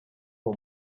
uwo